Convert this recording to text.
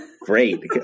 Great